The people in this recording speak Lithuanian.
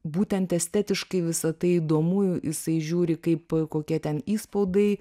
būtent estetiškai visa tai įdomu jisai žiūri kaip kokie ten įspaudai